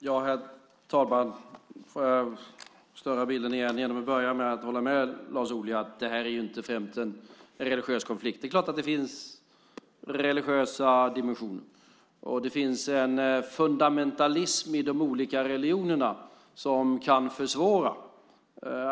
Herr talman! Får jag störa bilden igen genom att börja med att hålla med Lars Ohly om att det här inte främst är en religiös konflikt, men det är klart att det finns religiösa dimensioner. Det finns en fundamentalism i de olika religionerna som kan försvåra.